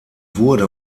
wurde